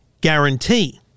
guarantee